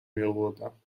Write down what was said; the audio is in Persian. میاوردم